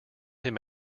him